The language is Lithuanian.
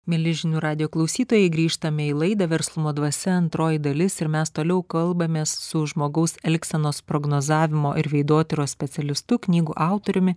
mieli žinių radijo klausytojai grįžtame į laidą verslumo dvasia antroji dalis ir mes toliau kalbamės su žmogaus elgsenos prognozavimo ir veidotyros specialistu knygų autoriumi